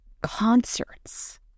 Concerts